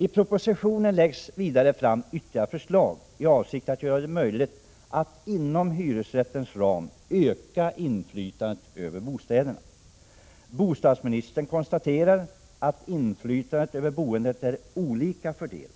I propositionen läggs fram ytterligare förslag i avsikt att göra det möjligt att inom hyresrättens ram öka inflytandet över bostäderna. Bostadsministern konstaterar att inflytandet över boendet är olika fördelat.